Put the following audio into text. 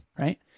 Right